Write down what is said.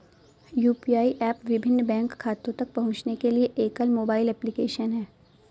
UPI app विभिन्न bank खातों तक पहुँचने के लिए एकल मोबाइल एप्लिकेशन है